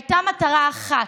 הייתה מטרה אחת: